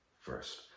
first